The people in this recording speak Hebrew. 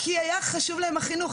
כי היה חשוב להם החינוך,